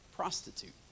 prostitute